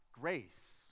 grace